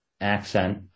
accent